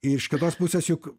iš kitos pusės juk